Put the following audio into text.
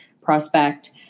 prospect